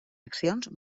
accions